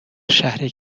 شهری